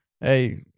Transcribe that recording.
hey